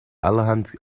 allerhand